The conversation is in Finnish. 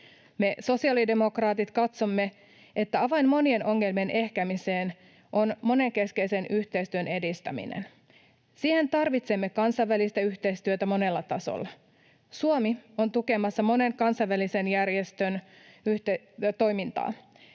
Me sosiaalidemokraatit katsomme, että avain monien ongelmien ehkäisemiseen on monenkeskisen yhteistyön edistäminen. Siihen tarvitsemme kansainvälistä yhteistyötä monella tasolla. Suomi on tukemassa monen kansainvälisen järjestön toimintaa.